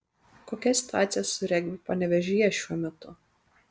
kokia situacija su regbiu panevėžyje šiuo metu